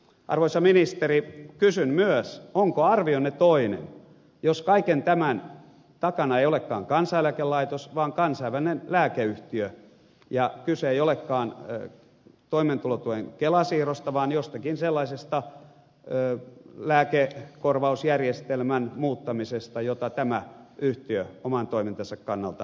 arvoisa ministeri kysyn myös onko arvionne toinen jos kaiken tämän takana ei olekaan kansaneläkelaitos vaan kansainvälinen lääkeyhtiö ja kyse ei olekaan toimeentulotuen kelaan siirrosta vaan jostakin sellaisesta lääkekorvausjärjestelmän muuttamisesta jota tämä yhtiö oman toimintansa kannalta pitää perusteltuna